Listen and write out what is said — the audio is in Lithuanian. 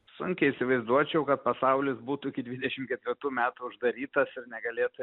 sunkiai įsivaizduočiau kad pasaulis būtų iki dvidešim ketvirtų metų uždarytas ir negalėtų